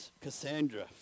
Cassandra